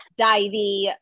divey